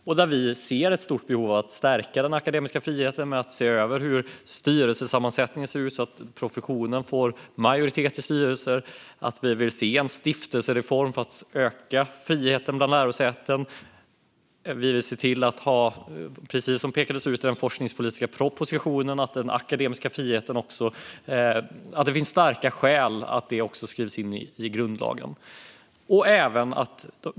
Vi ser därför ett stort behov av att stärka den akademiska friheten, till exempel genom att se över hur styrelsesammansättningen ser ut så att professionen får majoritet i styrelser. Vi vill också se en stiftelsereform för att öka friheten bland lärosäten. Så som det pekades ut i den forskningspolitiska propositionen finns det starka skäl att det också skrivs in i grundlagen.